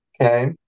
okay